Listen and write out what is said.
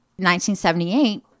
1978